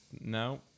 No